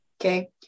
Okay